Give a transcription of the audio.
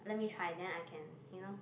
let me try then I can you know